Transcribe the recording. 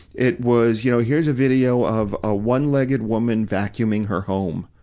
it was, you know, here's a video of a one-legged woman vacuuming her home,